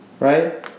Right